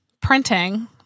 printing